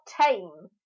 tame